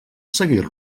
seguir